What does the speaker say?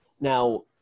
Now